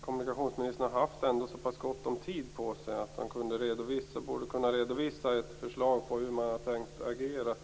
kommunikationsministern ändå har haft så pass gott om tid på sig att hon borde kunna redovisa ett förslag till hur man har tänkt agera.